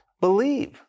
believe